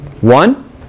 One